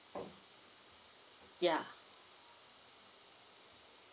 ya